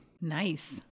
Nice